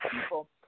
people